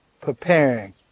preparing